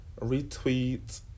retweet